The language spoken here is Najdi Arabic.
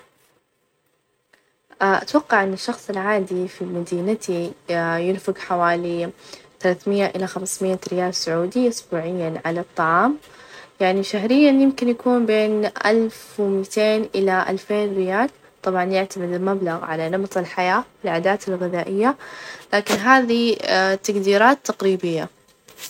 أ أتوقع إن الشخص العادي في مدينتي ينفق حوالي ثلاث مئة إلى خمس مئة ريال سعودي أسبوعيًا على الطعام يعني شهريًا يمكن يكون بين ألف ومئتين إلى الفين ريال، طبعًا يعتمد المبلغ على نمط الحياة، العادات الغذائية، لكن هذي تقديرات تقريبية.